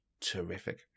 Terrific